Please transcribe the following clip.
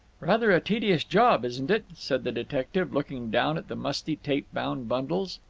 rather a tedious job, isn't it? said the detective, looking down at the musty tape-bound bundles.